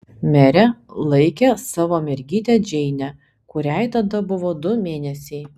merė laikė savo mergytę džeinę kuriai tada buvo du mėnesiai